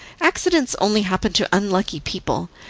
accidents only happen to unlucky people,